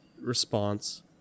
response